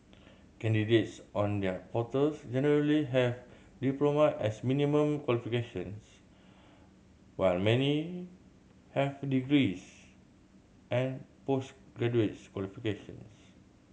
candidates on their portals generally have diploma as minimum qualifications while many have degrees and post graduates qualifications